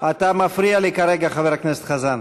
אתה מפריע לי כרגע, חבר הכנסת חזן.